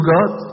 God